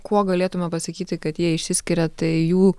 kuo galėtume pasakyti kad jie išsiskiria tai jų